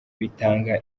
bitanga